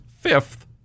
fifth